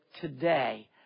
today